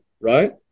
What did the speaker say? right